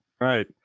right